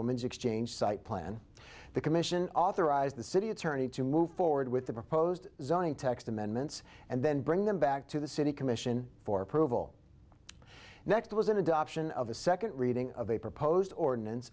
woman's exchange site plan the commission authorized the city attorney to move forward with the proposed zoning text amendments and then bring them back to the city commission for approval next was an adoption of a second reading of a proposed ordinance